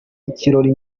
ikirori